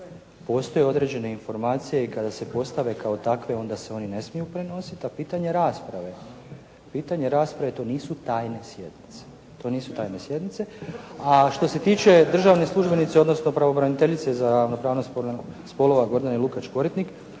Postoje određene informacije i kada se postave kao takve onda se one ne smiju prenositi, a pitanje rasprave, pitanje rasprave to nisu tajne sjednice. To nisu tajne sjednice. A što se tiče državni službenice, odnosno pravobraniteljice za ravnopravnost spolova Gordane Lukač Koritnik